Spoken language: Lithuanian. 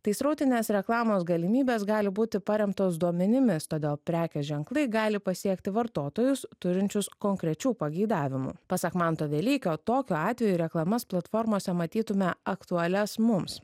tai srautinės reklamos galimybės gali būti paremtos duomenimis todėl prekės ženklai gali pasiekti vartotojus turinčius konkrečių pageidavimų pasak manto velykio tokiu atveju reklamas platformose matytume aktualias mums